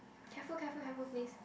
careful careful careful please